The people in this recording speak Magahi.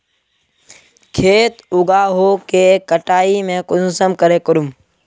खेत उगोहो के कटाई में कुंसम करे करूम?